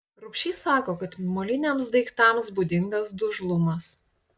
rubšys sako kad moliniams daiktams būdingas dužlumas